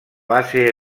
base